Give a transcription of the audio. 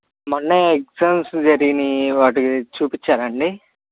మొన్న ఎగ్జామ్స్ జరిగినాయి వాటి చుపించారా అండి